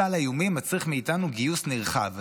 סל האיומים מצריך מאתנו גיוס נרחב.